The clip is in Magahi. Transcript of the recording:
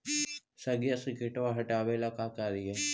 सगिया से किटवा हाटाबेला का कारिये?